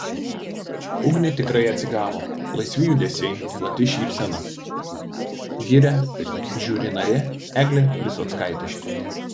ugnė tikrai atsigavo laisvi judesiai plati šypsena giria žiuri narė eglė visockaitė